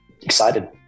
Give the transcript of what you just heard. excited